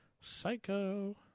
psycho